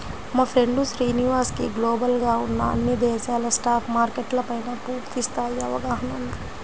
మా ఫ్రెండు శ్రీనివాస్ కి గ్లోబల్ గా ఉన్న అన్ని దేశాల స్టాక్ మార్కెట్ల పైనా పూర్తి స్థాయి అవగాహన ఉంది